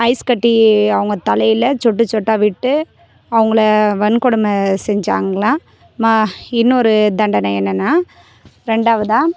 ice கட்டி அவங்க தலையில் சொட்டு சொட்டாக விட்டு அவங்களை வன்கொடுமை செஞ்சாங்களாம் ம இன்னொரு தண்டனை என்னென்னா ரெண்டாவதாக